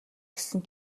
гэсэн